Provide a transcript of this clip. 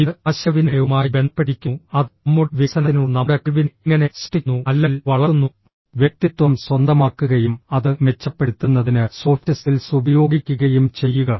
ഇത് ആശയവിനിമയവുമായി ബന്ധപ്പെട്ടിരിക്കുന്നു അത് നമ്മുടെ വികസനത്തിനുള്ള നമ്മുടെ കഴിവിനെ എങ്ങനെ സൃഷ്ടിക്കുന്നു അല്ലെങ്കിൽ വളർത്തുന്നു വ്യക്തിത്വം സ്വന്തമാക്കുകയും അത് മെച്ചപ്പെടുത്തുന്നതിന് സോഫ്റ്റ് സ്കിൽസ് ഉപയോഗിക്കുകയും ചെയ്യുക